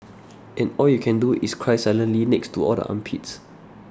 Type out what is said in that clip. and all you can do is cry silently next to all the armpits